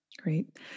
Great